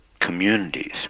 communities